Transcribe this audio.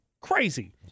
Crazy